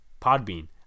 Podbean